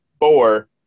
four